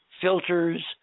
filters